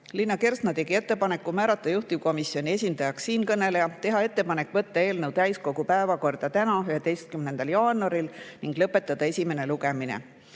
Liina Kersna tegi ettepaneku määrata juhtivkomisjoni esindajaks siinkõneleja, teha ettepanek võtta eelnõu täiskogu päevakorda täna, 11. jaanuaril ning lõpetada esimene lugemine.